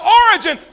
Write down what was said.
origin